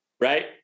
Right